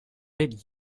did